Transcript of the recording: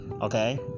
Okay